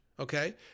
Okay